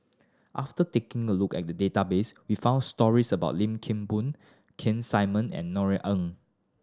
after taking a look at the database we found stories about Lim Kim Boon Keith Simmons and Norothy Ng